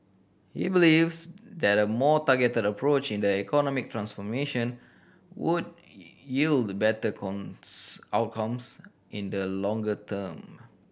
he believes that a more targeted approach in the economic transformation would yield better outcomes in the longer term